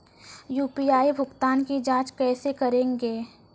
UPI भुगतान की जाँच कैसे करेंगे?